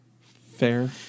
Fair